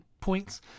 points